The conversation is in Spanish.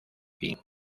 fin